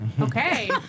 okay